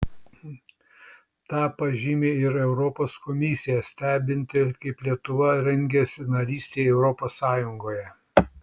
tą pažymi ir europos komisija stebinti kaip lietuva rengiasi narystei europos sąjungoje